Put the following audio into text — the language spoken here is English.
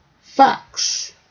facts